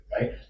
right